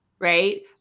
right